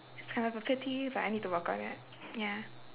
it's kind of a pet peeve but I need to work on it ya